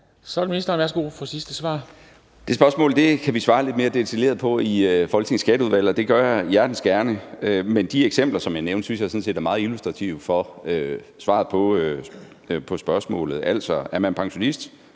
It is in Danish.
Skatteministeren (Morten Bødskov): Det spørgsmål kan vi svare lidt mere detaljeret på i Folketingets Skatteudvalg, og det gør jeg hjertens gerne; men de eksempler, som jeg nævnte, synes jeg sådan set er meget illustrative for svaret på spørgsmålet. Altså: Er man pensionist,